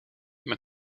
met